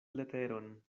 leteron